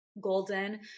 golden